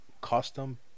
custom